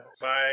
Bye